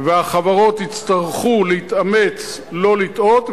והחברות יצטרכו להתאמץ לא לטעות,